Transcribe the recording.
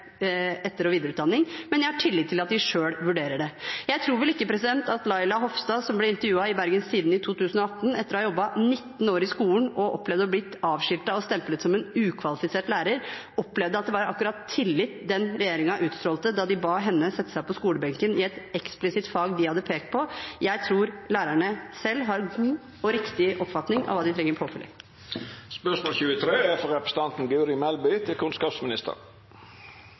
etter- og videreutdanning, men jeg har tillit til at de selv vurderer det. Jeg tror vel ikke at Laila Hovstad, som ble intervjuet i Bergens Tidende i 2018 etter å ha jobbet i 19 år i skolen og ha opplevd å bli avskiltet og stemplet som en ukvalifisert lærer, opplevde at det var akkurat tillit den regjeringen utstrålte da de ba henne sette seg på skolebenken i et eksplisitt fag de hadde pekt på. Jeg tror lærerne selv har god og riktig oppfatning av hva de trenger